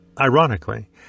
Ironically